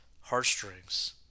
heartstrings